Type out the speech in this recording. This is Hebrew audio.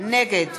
נגד